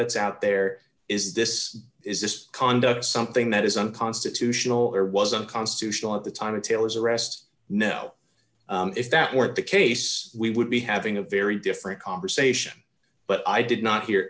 that's out there is this is this conduct something that is unconstitutional or was unconstitutional at the time of taylor's arrest no if that weren't the case we would be having a very different conversation but i did not hear